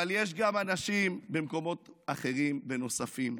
אבל יש אנשים גם במקומות אחרים ונוספים.